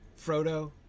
Frodo